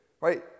right